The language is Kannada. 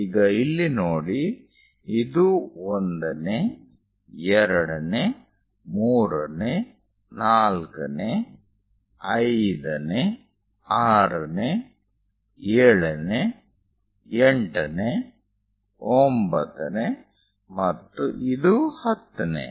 ಈಗ ಇಲ್ಲಿ ನೋಡಿ ಇದು 1 ನೇ 2 ನೇ 3 ನೇ 4 ನೇ 5 ನೇ 6 ನೇ 7 ನೇ 8 ನೇ 9 ನೇ ಮತ್ತು ಇದು 10 ನೇ